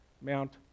Mount